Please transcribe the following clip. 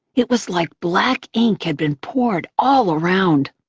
it was like black ink had been poured all around.